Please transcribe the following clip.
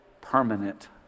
permanent